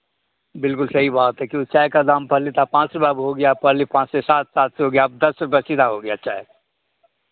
बिल्कुल सही बात है क्योंकि चाय का दाम पहले था पाँच रुपये अब हो गया पहले पाँच से सात सात से हो गया अब दस रुपैया सीधा हो गया चाय